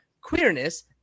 queerness